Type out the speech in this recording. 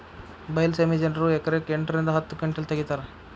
ಬೈಲಸೇಮಿ ಜನರು ಎಕರೆಕ್ ಎಂಟ ರಿಂದ ಹತ್ತ ಕಿಂಟಲ್ ತಗಿತಾರ